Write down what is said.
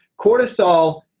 Cortisol